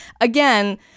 Again